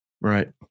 Right